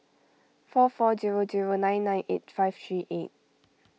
four four zero zero nine nine eight five three eight